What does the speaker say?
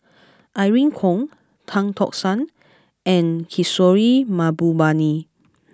Irene Khong Tan Tock San and Kishore Mahbubani